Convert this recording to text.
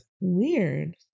Weird